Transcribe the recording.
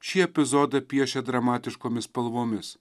šį epizodą piešė dramatiškomis spalvomis